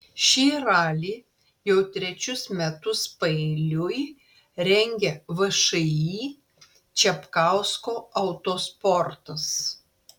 šį ralį jau trečius metus paeiliui rengia všį čapkausko autosportas